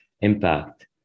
impact